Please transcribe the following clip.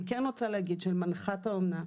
אני כן רוצה להגיד שמנחת האומנה,